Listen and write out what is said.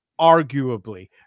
arguably